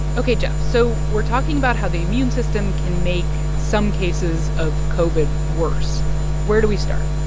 ok, geoff, so we're talking about how the immune system can make some cases of covid worse where do we start?